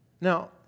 Now